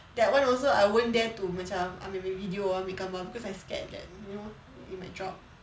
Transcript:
that one also I won't dare to macam ambil ambil video ambil gambar cause I scared that you know it might drop